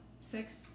Six